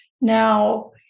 now